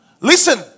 Listen